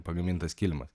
pagamintas kilimas